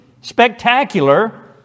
spectacular